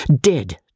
Dead